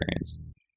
experience